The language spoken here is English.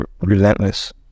relentless